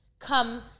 Come